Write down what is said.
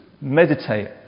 meditate